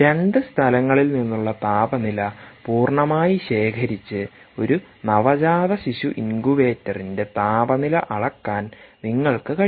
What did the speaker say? രണ്ട് സ്ഥലങ്ങളിൽ നിന്നുള്ള താപനില പൂർണ്ണമായി ശേഖരിച്ച് ഒരു നവജാതശിശു ഇൻകുബേറ്ററിന്റെ താപനില അളക്കാൻ നിങ്ങൾക്ക് കഴിയും